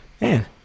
Man